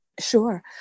Sure